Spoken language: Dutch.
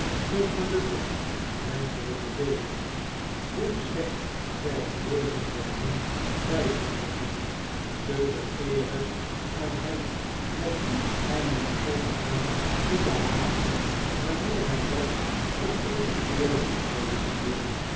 te gelukkig menschelijke wezens hoe slecht zij ook wezen mochten bij zich te zien te begeerig aan hen met wie hij moest omgaan te behagen wanneer hij dat op eene eerlijke wijze kon doen